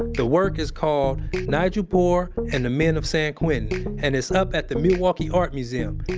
the work is called nigel poor and the men of san quentin and it's up at the milwaukee art museum.